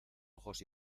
ojos